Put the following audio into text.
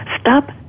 Stop